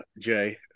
jay